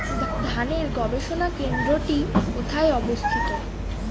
ধানের গবষণা কেন্দ্রটি কোথায় অবস্থিত?